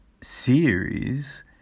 series